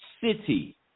city